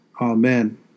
Amen